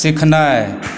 सिखनाय